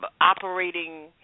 operating